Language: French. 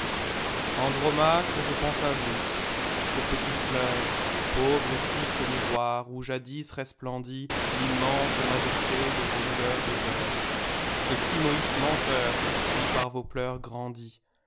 andromaque je pense à vous ce petit fleuve pauvre et triste miroir où jadis resplenditl'immense majesté de vos douleurs de veuve ce simoïs menteur qui par vos pleurs grandit